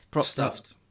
Stuffed